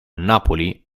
napoli